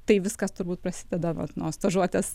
tai viskas turbūt prasideda vat nuo stažuotės